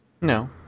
No